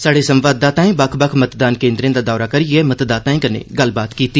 स्हाड़े संवाददाताएं बक्ख बक्ख मतदान केन्द्रें दा दौरा करियै मतदाताएं कन्नै गल्लबात कीती